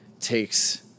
takes